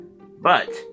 But